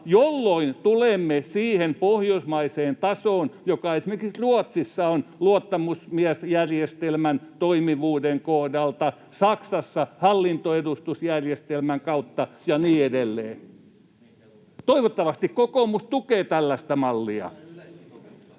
jolloin tulemme siihen pohjoismaiseen tasoon, joka esimerkiksi Ruotsissa on luottamusmiesjärjestelmän toimivuuden kohdalla, Saksassa hallintoedustusjärjestelmän kautta ja niin edelleen. Toivottavasti kokoomus tukee tällaista mallia.